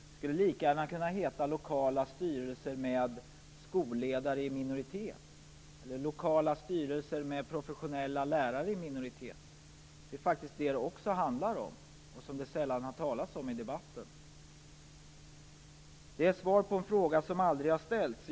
Det skulle lika gärna kunna heta Lokala styrelser med skolledare i minoritet eller Lokala styrelser med professionella lärare i minoritet. Det handlar faktiskt också om det, något som det sällan har talats om i debatten. Det svaras på en fråga som aldrig har ställts.